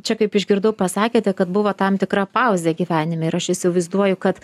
čia kaip išgirdau pasakėte kad buvo tam tikra pauzė gyvenime ir aš įsivaizduoju kad